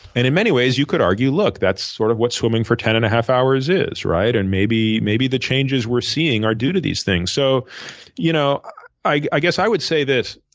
and in many ways, you could argue, look, that's sort of what's swimming for ten and a half hours is, right, and maybe maybe the changes we're seeing are due to these things. so you know i guess i would say this.